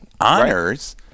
honors